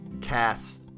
cast